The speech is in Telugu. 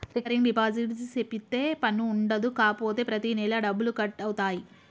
రికరింగ్ డిపాజిట్ సేపిత్తే పన్ను ఉండదు కాపోతే ప్రతి నెలా డబ్బులు కట్ అవుతాయి